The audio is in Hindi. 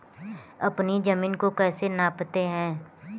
अपनी जमीन को कैसे नापते हैं?